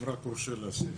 אם רק יורשה לי להוסיף.